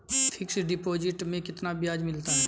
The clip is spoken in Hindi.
फिक्स डिपॉजिट में कितना ब्याज मिलता है?